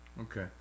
Okay